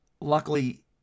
Luckily